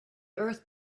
earth